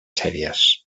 sèries